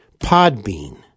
Podbean